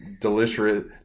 delicious